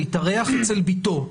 להתארח אצל ביתו,